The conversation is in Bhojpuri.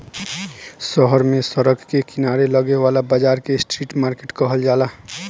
शहर में सड़क के किनारे लागे वाला बाजार के स्ट्रीट मार्किट कहल जाला